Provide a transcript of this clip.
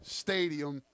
stadium